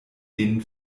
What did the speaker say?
denen